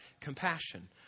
compassion